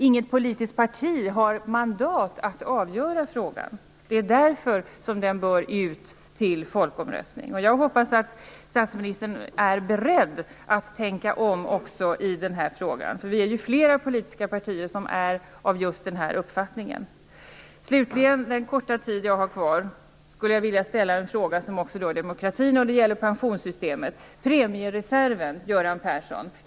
Inget politiskt parti har mandat att avgöra frågan. Det är därför som den bör föras ut till en folkomröstning. Jag hoppas att statsministern är beredd att tänka om också i den här frågan. Vi är ju flera politiska partier som har just den här uppfattningen. Under den korta tid jag har kvar skulle jag vilja ställa en fråga som också rör demokratin. Den gäller pensionssystemet och premiereserven, Göran Persson.